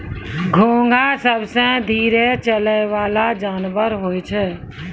घोंघा सबसें धीरे चलै वला जानवर होय छै